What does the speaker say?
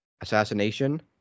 assassination